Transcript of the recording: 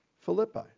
Philippi